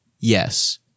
Yes